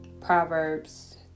Proverbs